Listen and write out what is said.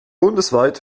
bundesweit